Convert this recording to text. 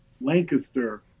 Lancaster